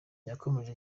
yakomeje